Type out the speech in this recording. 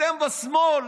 אתם בשמאל